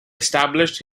established